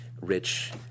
Rich